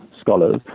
scholars